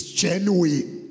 genuine